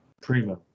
Prima